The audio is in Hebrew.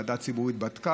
ועדה ציבורית בדקה,